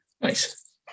Nice